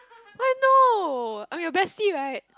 why no I'm your bestie right